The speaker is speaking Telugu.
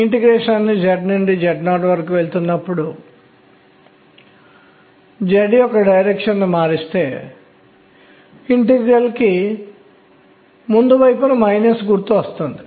ఒక వృత్తంలో ఒక కణం తిరుగుతున్నప్పుడు మీరు ఛార్జ్ చేయబడిన కణాన్ని చూస్తారు ఉదాహరణకు ఎలక్ట్రాన్